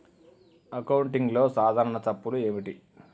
అకౌంటింగ్లో సాధారణ తప్పులు ఏమిటి?